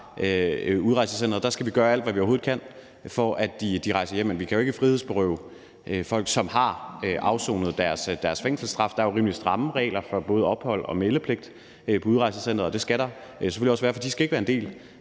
udrejsecenteret, og der skal vi gøre alt, hvad vi overhovedet kan, for at de rejser hjem. Men vi kan jo ikke frihedsberøve folk, som har afsonet deres fængselsstraf, og der er jo nogle rimelig stramme regler for både ophold og meldepligt på udrejsecenteret, og det skal der selvfølgelig også være. For de skal ikke være en del